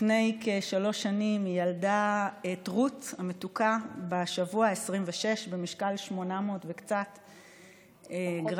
לפני כשלוש שנים היא ילדה את רות המתוקה בשבוע ה-26 במשקל 800 וקצת גרם.